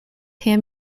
ham